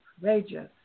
courageous